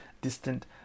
distant